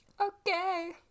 Okay